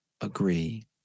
agree